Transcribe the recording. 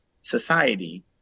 society